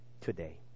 today